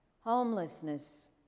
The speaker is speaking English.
homelessness